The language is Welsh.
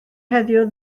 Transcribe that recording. heddiw